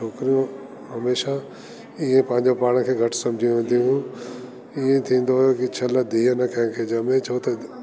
हूअ छोकरियूं हमेशा इअं पांजे पाण खे घटि सम्झदियूं हुयूं इएं थींदो हो छल धीअ न कंहिंखे ॼमें छो त